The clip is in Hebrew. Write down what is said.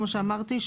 כמו שאמרתי,